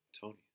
Tony